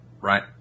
right